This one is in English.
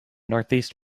northeast